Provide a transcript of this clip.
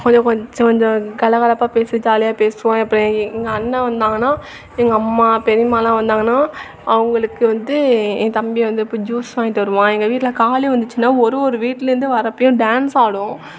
கொஞ்சம் கொஞ்சம் அந்த கலகலப்பாக பேசி ஜாலியாக பேசுவோம் எப்போ எங்கள் அண்ணன் வந்தாங்கன்னா எங்கள் அம்மா பெரியம்மாலாம் வந்தாங்கன்னா அவங்களுக்கு வந்து என் தம்பி வந்து இப்போ ஜூஸ் வாங்கிட்டு வருவான் எங்கள் வீட்டில் காளி வந்துச்சின்னா ஒரு ஒரு வீட்லேருந்தும் வரப்போயும் டான்ஸ் ஆடும்